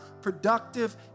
productive